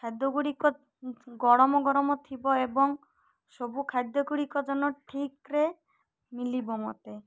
ଖାଦ୍ୟ ଗୁଡ଼ିକ ଗରମ ଗରମ ଥିବ ଏବଂ ସବୁ ଖାଦ୍ୟ ଗୁଡ଼ିକ ଜନ ଠିକ୍ ରେ ମିଳିବ ମୋତେ